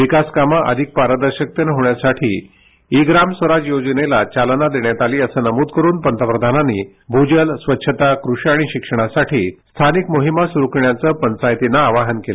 विकलत काम अधिक पास्टर्हाकतोन होण्यासाठी ई आम स्वराज योजनेता घालना देण्यात आली असं नमूद करून पंतप्रधानांनी मूजलस्वच्छताकुमी शिक्षणासाठी स्थानिक मोहिमा सरु करण्याचं पंचायतींना आवाहन केलं